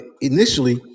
initially